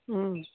હં